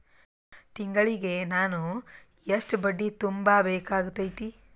ತಿಂಗಳಿಗೆ ನಾನು ಎಷ್ಟ ಬಡ್ಡಿ ತುಂಬಾ ಬೇಕಾಗತೈತಿ?